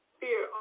fear